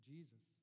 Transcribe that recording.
Jesus